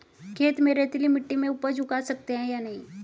खेत में रेतीली मिटी में उपज उगा सकते हैं या नहीं?